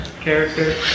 character